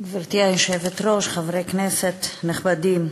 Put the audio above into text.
גברתי היושבת-ראש, חברי כנסת נכבדים,